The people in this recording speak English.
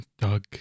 Doug